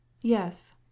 Yes